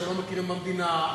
שלא מכירים במדינה,